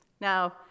Now